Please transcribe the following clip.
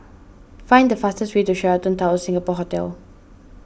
find the fastest way to Sheraton Towers Singapore Hotel